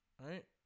right